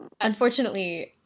Unfortunately